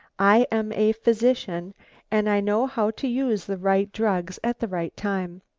i am a physician and i know how to use the right drugs at the right time.